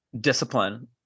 discipline